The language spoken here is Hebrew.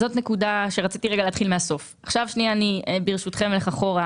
ברשותכם, אני אלך אחורה.